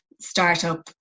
startup